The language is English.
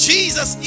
Jesus